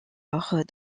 alors